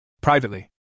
Privately